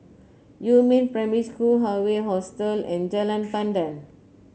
Yumin Primary School Hawaii Hostel and Jalan Pandan